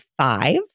five